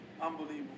Unbelievable